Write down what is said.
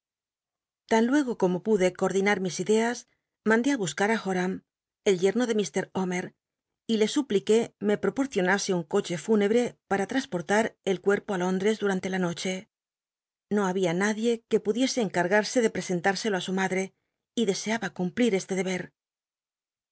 tan luego como pude coordinar mis idea mandé á buscar í hom el yemo de ílr omer y le supliqué me proporcionase un coche fúnebre pnra hasporla r el cuerpo ú lónd res dumnt e la noche no había nadie r ne pudiese encaq arsc de ptesenhh'selo sn maclr'e y deseaba cumplir este deber